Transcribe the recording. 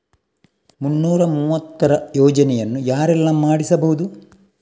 ಮುನ್ನೂರ ಮೂವತ್ತರ ಯೋಜನೆಯನ್ನು ಯಾರೆಲ್ಲ ಮಾಡಿಸಬಹುದು?